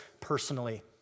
personally